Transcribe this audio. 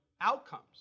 outcomes